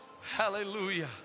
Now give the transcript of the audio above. Hallelujah